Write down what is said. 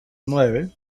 nueve